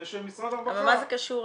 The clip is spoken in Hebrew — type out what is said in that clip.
מפני שמשרד הרווחה --- אבל מה זה קשור?